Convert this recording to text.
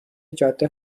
جاده